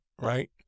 Right